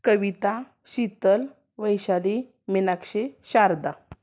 Kavita Sheetal Vaishali Meenakshi Sharda